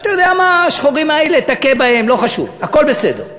אתה יודע מה, השחורים האלה, תכה בהם, הכול בסדר.